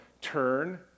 turn